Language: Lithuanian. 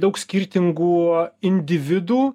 daug skirtingų individų